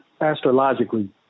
astrologically